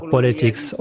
politics